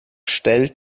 stellt